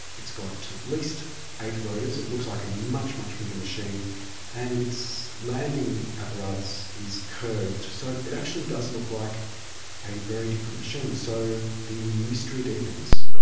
it's got at least eight rotors it looks like a much, much bigger machine and its landing apparatus is curved. so it actually does look like a very different machine, so the mystery deepens.